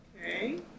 Okay